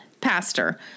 Pastor